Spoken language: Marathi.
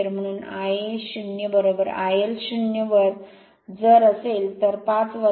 म्हणून आयए 0 आयएल 0 जर असेल तर 5 1